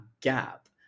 gap